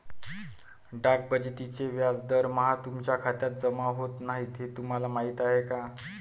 डाक बचतीचे व्याज दरमहा तुमच्या खात्यात जमा होत नाही हे तुम्हाला माहीत आहे का?